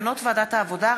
מסקנות ועדת העבודה,